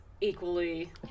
equally